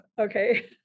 Okay